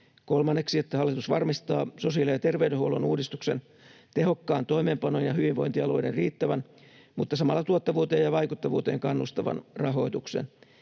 kolmanneksi, että hallitus varmistaa sosiaali- ja terveydenhuollon uudistuksen tehokkaan toimeenpanon ja hyvinvointialueiden riittävän mutta samalla tuottavuuteen ja vaikuttavuuteen kannustavan rahoituksen;